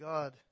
God